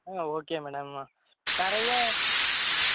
ஆ okay madam நிறைய ம்